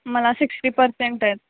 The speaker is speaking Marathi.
मला सिक्स्टी पर्सेंट आहेत